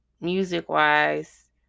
music-wise